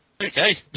Okay